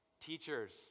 Teachers